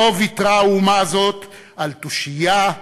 לא ויתרה האומה הזאת על תושייה,